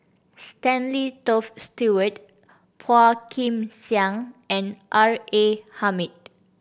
Stanley Toft Stewart Phua Kin Siang and R A Hamid